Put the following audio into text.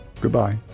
Goodbye